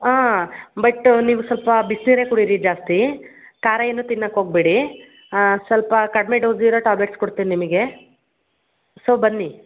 ಹಾಂ ಬಟ್ ನೀವು ಸ್ವಲ್ಪ ಬಿಸಿನೀರೆ ಕುಡೀರಿ ಜಾಸ್ತಿ ಖಾರ ಏನು ತಿನ್ನೋಕ್ ಹೋಗ್ಬೇಡಿ ಸ್ವಲ್ಪ ಕಡಿಮೆ ಡೋಸ್ ಇರೋ ಟ್ಯಾಬ್ಲೆಟ್ಸ್ ಕೊಡ್ತೀನಿ ನಿಮಗೆ ಸೊ ಬನ್ನಿ